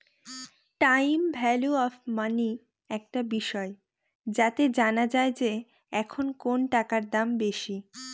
time value of money একটা বিষয় যাতে জানা যায় যে এখন কোনো টাকার দাম বেশি